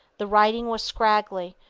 the writing was scraggly,